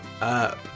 up